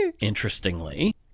interestingly